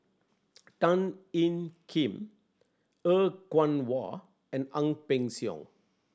Tan Ean Kiam Er Kwong Wah and Ang Peng Siong